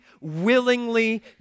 willingly